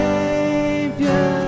Savior